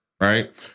right